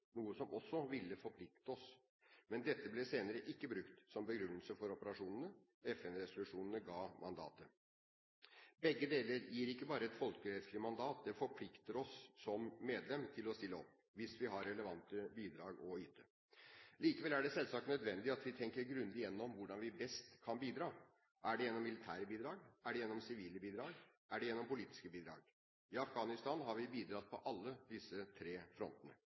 noe som også ville forpliktet oss, men dette ble senere ikke brukt som begrunnelse for operasjonene. FN-resolusjonen ga mandatet. Begge deler gir ikke bare et folkerettslig mandat, det forplikter oss som FN-medlem til å stille opp, hvis vi har relevante bidrag å yte. Likevel er det selvsagt nødvendig at vi tenker grundig gjennom hvordan vi best kan bidra. Er det gjennom militære bidrag? Er det gjennom sivile bidrag? Er det gjennom politiske bidrag? I Afghanistan har vi bidratt på alle disse tre frontene,